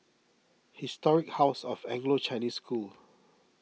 Historic House of Anglo Chinese School